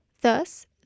Thus